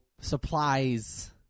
supplies